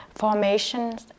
formations